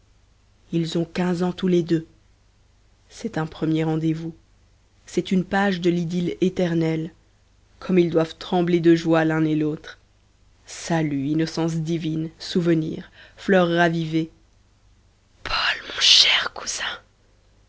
ils ont quinze ans tous les deux c'est un premier rendez-vous c'est une page de l'idylle éternelle comme ils doivent trembler de joie l'un et l'autre salut innocence divine souvenir fleurs ravivées paul mon cher cousin